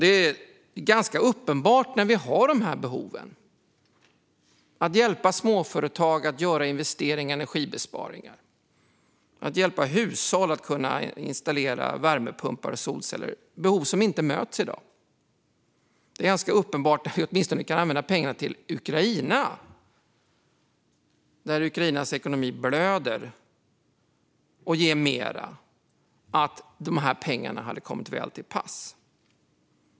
Det är uppenbart att det finns ett behov av att hjälpa småföretag att göra investeringar i energibesparingar och att hjälpa hushåll så att de kan installera värmepumpar och solceller. Det är behov som inte möts i dag. Det är ganska uppenbart att man åtminstone kan använda pengarna till Ukraina. Ukrainas ekonomi blöder ju, och då hade de här pengarna kommit väl till pass.